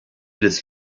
des